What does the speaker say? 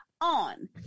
on